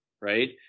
right